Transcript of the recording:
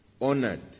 honored